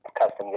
custom